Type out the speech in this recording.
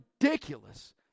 ridiculous